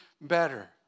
better